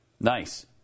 Nice